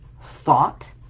thought